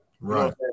Right